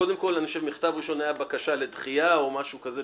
קודם כל מכתב ראשון היה בקשה לדחייה או משהו כזה,